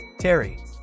Terry